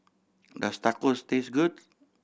does Tacos taste good